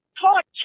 torture